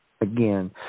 Again